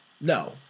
no